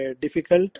difficult